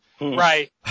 Right